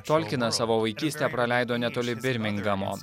tolkinas savo vaikystę praleido netoli birmingamo